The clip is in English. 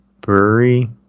Brewery